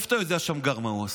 מאיפה אתה יודע, שמגר, מה הוא עשה?